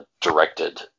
directed